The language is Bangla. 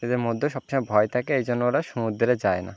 এদের মধ্যে সব সময় ভয় থাকে এই জন্য ওরা সমুদ্রে যায় না